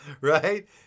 right